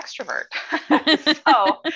extrovert